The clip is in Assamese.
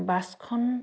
বাছখন